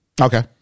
okay